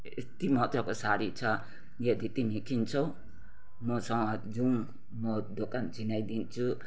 यति मज्जाको साडी छ यदि तिमी किन्छौ मसँग जुम म दोकान चिनाइदिन्छु